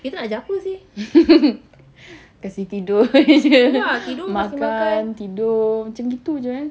kasi tidur jer makan tidur macam itu jer eh